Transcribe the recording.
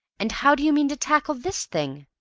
and how do you mean to tackle this thing?